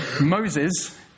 Moses